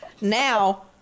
Now